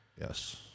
Yes